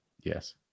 yes